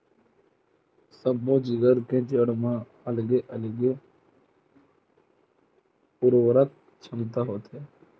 सब्बो जिगर के जड़ म अलगे अलगे उरवरक छमता होथे